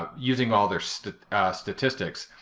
um using all their so statistics,